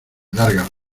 largas